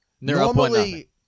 Normally